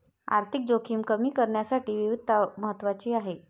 आर्थिक जोखीम कमी करण्यासाठी विविधता महत्वाची आहे